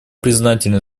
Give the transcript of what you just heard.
признательны